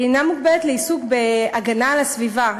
היא אינה מוגבלת לעיסוק בהגנה על הסביבה,